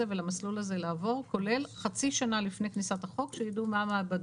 ולמסלול הזה לעבור כולל חצי שנה לפני כניסת החוק שידעו מה המעבדות.